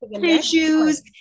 issues